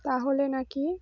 তাহলে নাকি